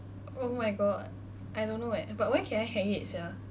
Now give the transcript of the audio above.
oh my god I don't know eh but where can I hang it sia